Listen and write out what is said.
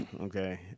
Okay